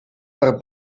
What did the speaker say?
per